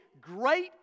great